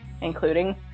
including